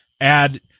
add